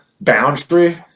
boundary